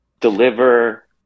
deliver